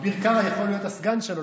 אביר קארה יכול להיות הסגן שלו.